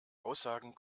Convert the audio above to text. aussagen